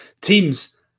teams